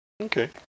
Okay